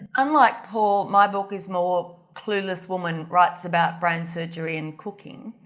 unlike paul, my book is more clueless woman writes about brain surgery and cooking.